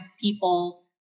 people